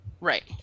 Right